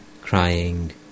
crying